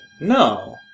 no